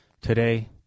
Today